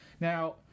Now